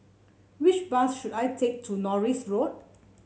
which bus should I take to Norris Road